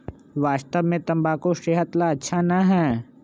वास्तव में तंबाकू सेहत ला अच्छा ना है